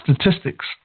statistics